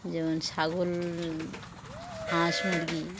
যেমন ছাগল হাঁস মুরগি